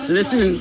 Listen